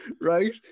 Right